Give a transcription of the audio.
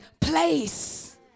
place